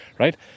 Right